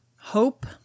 Hope